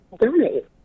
donate